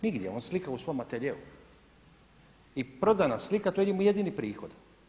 Nigdje, on slika u svom ateljeu i prodana slika to je njemu jedini prihod.